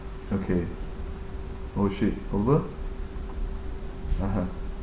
okay oh shit over (uh huh)